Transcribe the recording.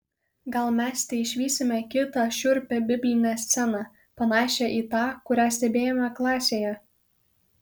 gal mes teišvysime kitą šiurpią biblinę sceną panašią į tą kurią stebėjome klasėje